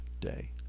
day